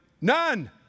none